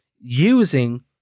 using